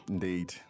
Indeed